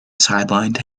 sidelined